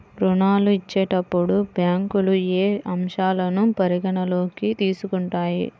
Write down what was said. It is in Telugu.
ఋణాలు ఇచ్చేటప్పుడు బ్యాంకులు ఏ అంశాలను పరిగణలోకి తీసుకుంటాయి?